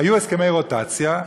היו הסכמי רוטציה.